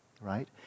right